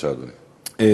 בבקשה, אדוני.